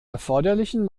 erforderlichen